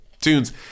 tunes